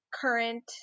current